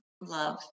love